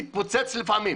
מתפוצץ לפעמים.